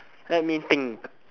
let me think